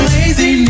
Lazy